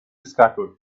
scattered